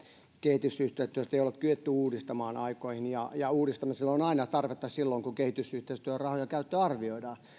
kehitysyhteistyötä ei olla kyetty uudistamaan aikoihin ja ja uudistamiselle on aina tarvetta silloin kun kehitysyhteistyörahojen käyttöä